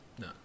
No